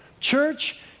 Church